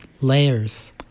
layers